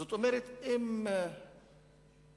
זאת אומרת, אם ילד